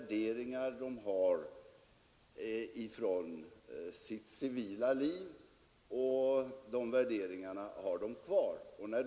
Nej, det är nog där vi har kärnan i påverkar ju hela tiden försvarsverksamheten. Människor kommer direkt från skolan eller från arbetsplatserna till regementena, och de kommer med de värderingar de har från sitt civila liv.